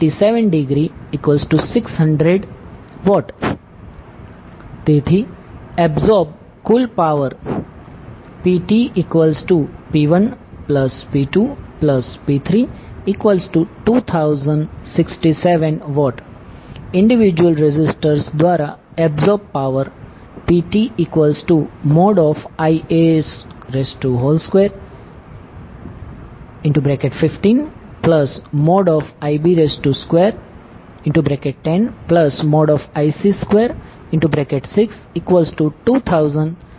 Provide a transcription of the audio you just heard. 87° 600W તેથી absorb કુલ power PTP1P2P32067W individual resistors દ્વારા એબ્સોર્બ પાવર PTIa215Ib210Ic262067W મળી શકે છે